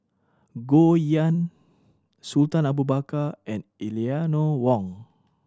Goh Yihan Sultan Abu Bakar and Eleanor Wong